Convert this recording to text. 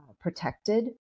protected